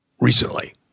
recently